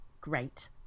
great